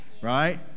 right